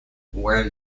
while